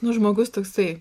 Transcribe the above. nu žmogus toksai